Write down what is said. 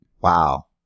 Wow